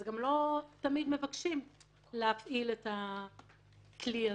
לא תמיד מבקשים להפעיל את הכלי הזה,